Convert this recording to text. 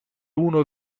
uno